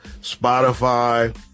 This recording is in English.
Spotify